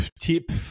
tip